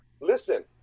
Listen